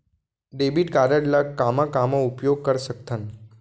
Debit card ला कामा कामा उपयोग कर सकथन?